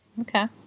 Okay